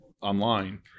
online